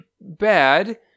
bad